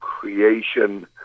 creation